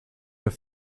mehr